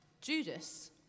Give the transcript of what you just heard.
Judas